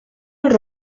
els